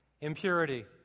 impurity